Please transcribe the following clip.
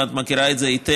ואת מכירה את זה היטב,